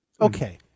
Okay